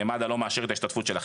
מד"א לא מאשר את ההשתתפות שלכם'.